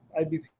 IBP